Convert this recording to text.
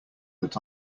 that